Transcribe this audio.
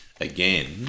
again